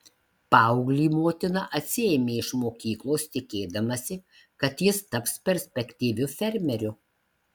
paauglį motina atsiėmė iš mokyklos tikėdamasi kad jis taps perspektyviu fermeriu